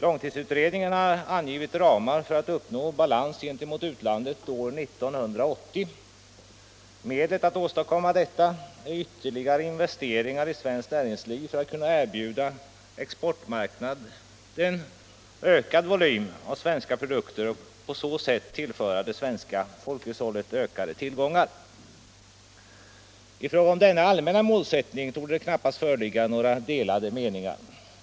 Långtidsutredningen har angivit ramar för att uppnå balans gentemot utlandet år 1980. Medlet att åstadkomma detta är ytterligare investeringar i svenskt näringsliv för att kunna erbjuda exportmarknaden ökad volym av svenska produkter och på så sätt tillföra det svenska folkhushållet ökade tillgångar. I fråga om denna allmänna målsättning torde det knappast föreligga några delade meningar.